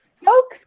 folks